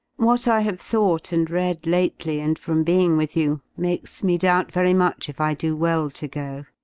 what i have thought and read lately and from being with you, makes me doubt very much if i do well to go.